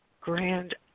grand